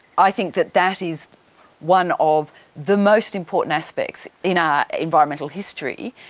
i think that that is one of the most important aspects in our environmental history,